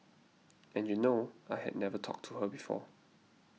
and you know I had never talked to her before